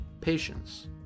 Patience